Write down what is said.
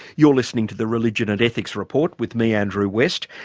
you're listening to the religion and ethics report with me andrew west.